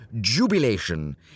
jubilation